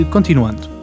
Continuando